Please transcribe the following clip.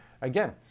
again